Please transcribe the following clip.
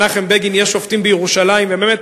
את משפטו של מנחם בגין: "יש שופטים בירושלים" ובאמת,